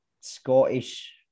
Scottish